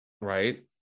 right